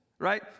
Right